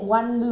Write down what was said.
I don't know